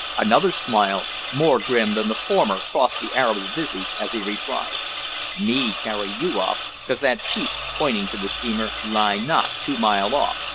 another smile, more grim than the former, crossed the arab's visage as he replied me carry you off cause that sheep, pointing to the steamer, lie not two mile off,